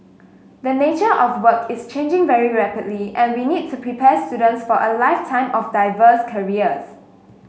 the nature of work is changing very rapidly and we need to prepare students for a lifetime of diverse careers